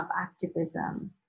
activism